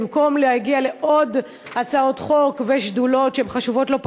במקום להגיע לעוד הצעות חוק ושדולות שהן חשובות לא פחות,